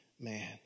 man